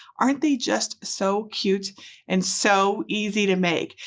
aren't they just so cute and so easy to make?